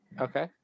Okay